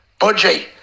Budgie